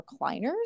recliners